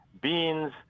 beans